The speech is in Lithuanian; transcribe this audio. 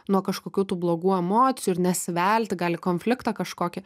nuo kažkokių tų blogų emocijų ir nesivelti gal į konfliktą kažkokį